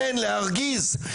כן להרגיז,